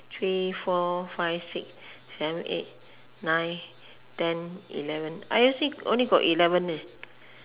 three four five six seven eight nine ten eleven ah see only got eleven leh